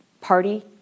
party